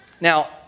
Now